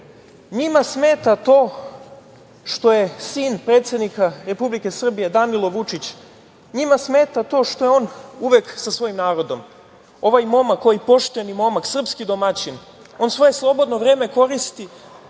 Njima smeta to što je sin predsednika Republike Srbije, Danilo Vučić, njima smeta to što je on uvek sa svojim narodom. Ovaj momak, ovaj pošteni momak, srpski domaćin, on svoje slobodno vreme koristi